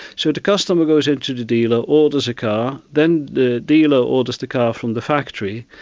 so the customer goes into the dealer, orders a car, then the dealer orders the car from the factory,